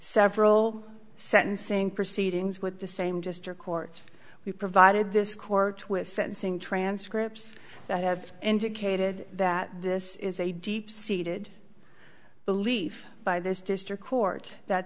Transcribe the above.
several sentencing proceedings with the same just or court we provided this court with sentencing transcripts that have indicated that this is a deep seated belief by this district court that